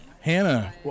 Hannah